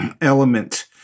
element